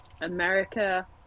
America